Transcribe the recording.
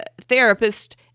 therapist